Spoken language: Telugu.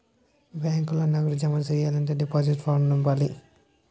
బ్యాంకులో నగదు జమ సెయ్యాలంటే డిపాజిట్ ఫారం నింపాల